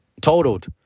totaled